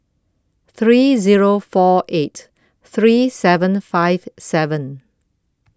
three Zero four eight three seven five seven